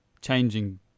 changing